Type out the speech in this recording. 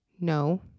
no